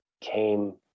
came